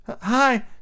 Hi